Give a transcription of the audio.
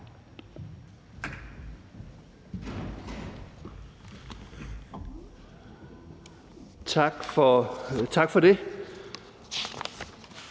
Tak for ordet,